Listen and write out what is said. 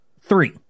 three